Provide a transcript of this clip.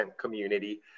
community